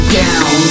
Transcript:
down